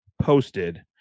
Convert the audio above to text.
posted